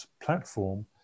platform